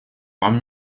вам